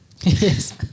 Yes